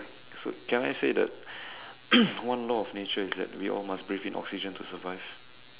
so can I say that one law of nature is that we all must breathe in oxygen to survive